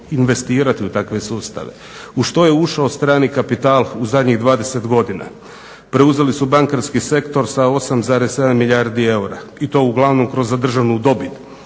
investirati u takve sustave. U što je ušao strani kapital u zadnjih 20 godina? Preuzeli su bankarski sektor sa 8,7 milijardi eura i to uglavnom kroz zadržanu dobit